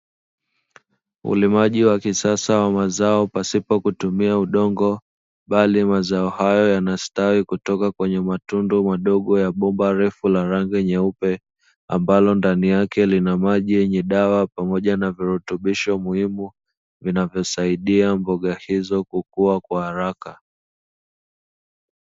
Ulimaji wa kisasa wa mazao pasipo kutumia udongo bali mazao hayo yanastawi kutoka kwenye matundu madogo ya bomba refu la rangi nyeupe, ambalo ndani yake lina maji yenye dawa pamoja na virutubisho muhimu, vinavyosaidia mboga hizo kukuwa kwa haraka.